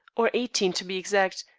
or eighteen, to be exact.